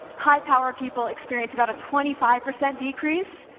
high-power people experience about a twenty five percent decrease,